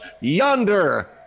yonder